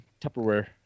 tupperware